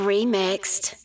Remixed